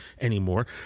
anymore